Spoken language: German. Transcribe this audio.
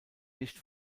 nicht